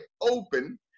open